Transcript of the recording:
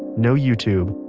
no youtube,